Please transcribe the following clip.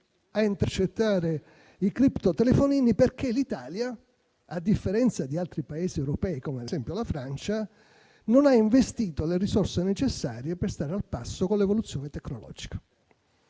a intercettare i criptotelefonini. L'Italia, a differenza di altri Paesi europei, come ad esempio la Francia, non ha investito le risorse necessarie per stare al passo con l'evoluzione tecnologica.